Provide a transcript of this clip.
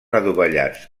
adovellats